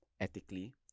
ethically